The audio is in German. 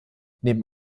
neben